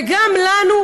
וגם לנו,